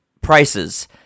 prices